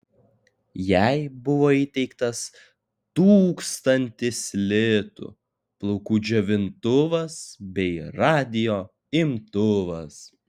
jai buvo įteiktas tūkstantis litų plaukų džiovintuvas bei radijo imtuvas